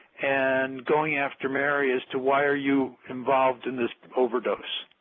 and going after mary as to why are you involved in this overdose.